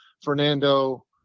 fernando